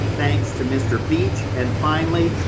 thanks to mr. beech, and finally,